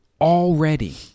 already